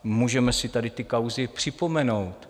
Můžeme si tady ty kauzy připomenout.